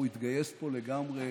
הוא התגייס פה לגמרי.